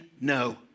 no